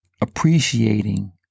appreciating